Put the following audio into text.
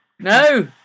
No